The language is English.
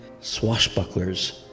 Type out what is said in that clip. Swashbucklers